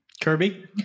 Kirby